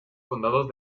condados